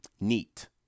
neat